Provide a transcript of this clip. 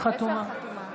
אינו נוכח ינון אזולאי,